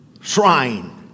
shrine